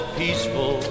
peaceful